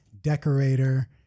decorator